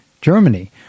Germany